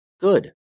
Good